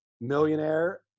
millionaire